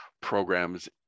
programs